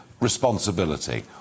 responsibility